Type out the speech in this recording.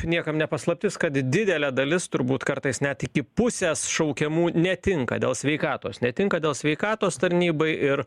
niekam ne paslaptis kad didelė dalis turbūt kartais net iki pusės šaukiamų netinka dėl sveikatos netinka dėl sveikatos tarnybai ir